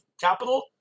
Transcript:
Capital